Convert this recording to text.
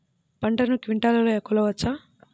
పంటను క్వింటాల్లలో కొలవచ్చా?